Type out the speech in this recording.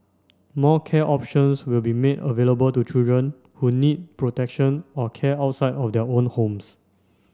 more care options will be made available to children who need protection or care outside of their own homes